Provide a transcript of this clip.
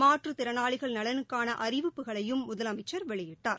மாற்றுத்திறனாளிகள் நலனுக்கானஅறிவிப்புகளையும் முதலமைச்சள் வெளியிட்டார்